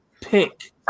pick